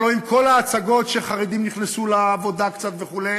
הלוא עם כל ההצגות שחרדים נכנסו לעבודה קצת, וכו',